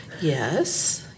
Yes